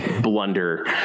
blunder